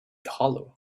hollow